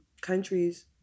countries